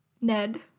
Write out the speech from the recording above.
ned